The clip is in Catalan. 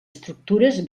estructures